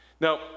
Now